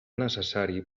necessari